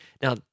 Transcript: Now